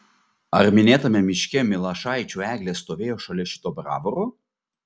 ar minėtame miške milašaičių eglė stovėjo šalia šito bravoro